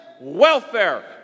welfare